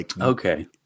Okay